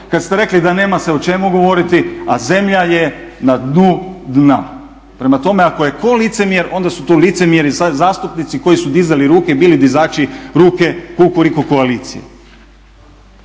kada ste rekli da nema se o čemu govoriti, a zemlja je na dnu dna. Prema tome, ako je tko licemjer onda su tu licemjeri zastupnici koji su dizali ruke i bili dizači ruke Kukuriku koalicije.